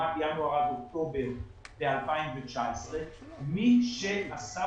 לעומת ינואר עד אוקטובר 2019. מי שעשה